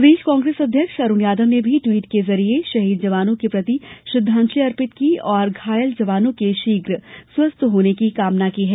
प्रदेश कांग्रेस अध्यक्ष अरूण यादव ने भी ट्वीट के जरिए शहीद जवानों के प्रति श्रद्धांजलि अर्पित की और घायल जवानों के शीघ्र स्वस्थ होने की कामना की है